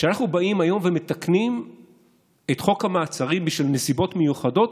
כשאנחנו באים היום ומתקנים את חוק המעצרים בשביל נסיבות מיוחדות,